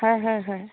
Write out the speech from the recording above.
হয় হয় হয়